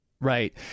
Right